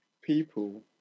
people